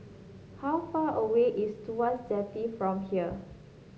how far away is Tuas Jetty from here